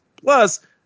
Plus